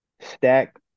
stack